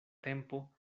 tempo